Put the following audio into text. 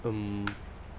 um